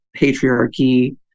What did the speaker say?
patriarchy